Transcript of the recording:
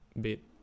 bit